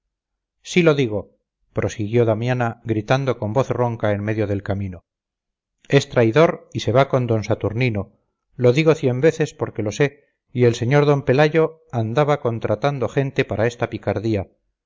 sí lo digo prosiguió damiana gritando con voz ronca en medio del camino es traidor y se va con d saturnino lo digo cien veces porque lo sé y el sr d pelayo andaba contratando gente para esta picardía